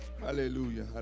Hallelujah